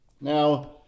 Now